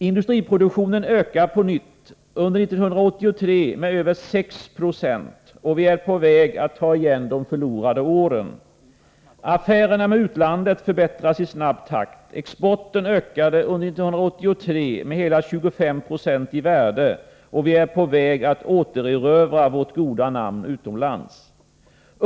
Industriproduktionen ökar på nytt, under 1983 med över 6 90 — vi är på väg att ta igen de förlorade åren. Affärerna med utlandet förbättras i snabb takt, exporten ökade under 1983 med hela 25 26 i värde — vi är på väg att återerövra vårt goda namn utomlands.